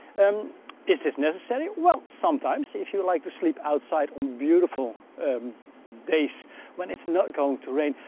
um is this necessary? well, sometimes. if you like to sleep outside on beautiful days when its not going to rain.